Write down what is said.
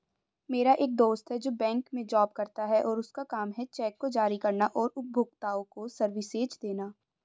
मेरा एक दोस्त है जो बैंक में जॉब करता है और उसका काम है चेक को जारी करना और उपभोक्ताओं को सर्विसेज देना